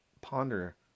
ponder